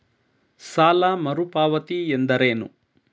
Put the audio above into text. ಸಾಲ ಮರುಪಾವತಿ ಎಂದರೇನು?